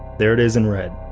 there it is in red.